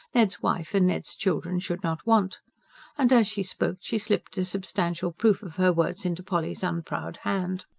ned's wife and ned's children should not want and as she spoke, she slipped a substantial proof of her words into polly's unproud hand.